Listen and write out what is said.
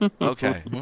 okay